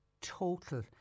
total